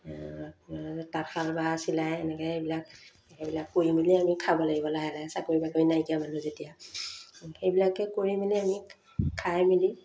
তাঁতশাল বা চিলাই এনেকৈ এইবিলাক সেইবিলাক কৰি মেলিয়ে আমি খাব লাগিব লাহে লাহে চাকৰি বাকৰি নাইকিয়া মানুহ যেতিয়া সেইবিলাকে কৰি মেলি আমি খাই মেলি